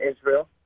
Israel